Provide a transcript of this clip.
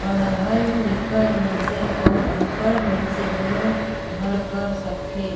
पड़हल लिखल मइनसे अउ अनपढ़ मइनसे दुनो हर कर सकथे